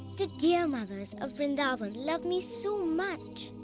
the dear mothers of vrindavan love me so much.